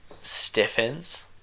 stiffens